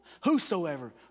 Whosoever